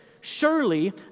Surely